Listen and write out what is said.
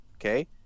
okay